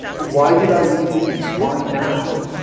why did i read these, why now?